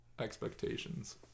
Expectations